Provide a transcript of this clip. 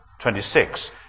26